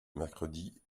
mercredi